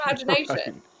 imagination